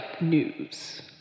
news